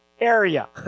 area